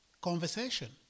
conversation